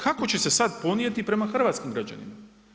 Kako će se sad ponijeti prema hrvatskim građanima?